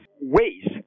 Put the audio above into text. ways